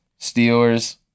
Steelers